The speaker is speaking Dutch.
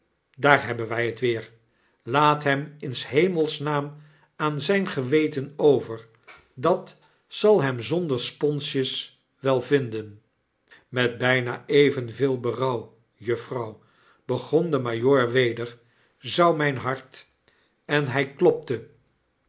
daar hebben wy het weer laat hem in s hemels naam aan zyn geweten over datzal hem zohder sponsjes wel vinden i met byna evenveel berouw juffrouw begon de majoor weder zou myn hart en hij klopte